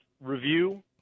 review